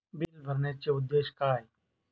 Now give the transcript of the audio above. Bill भरण्याचे उद्देश काय?